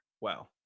Wow